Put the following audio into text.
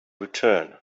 return